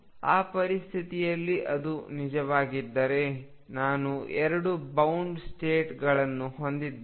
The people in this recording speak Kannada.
ಆ ಪರಿಸ್ಥಿತಿಯಲ್ಲಿ ಅದು ನಿಜವಾಗಿದ್ದರೆ ನಾನು ಎರಡು ಬೌಂಡ್ ಸ್ಟೇಟ್ಗಳನ್ನು ಹೊಂದಿದ್ದೇನೆ